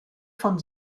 von